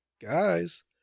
guys